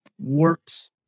works